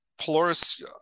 Polaris